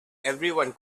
everyone